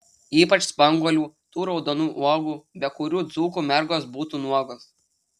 ypač spanguolių tų raudonų uogų be kurių dzūkų mergos būtų nuogos